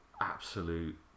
absolute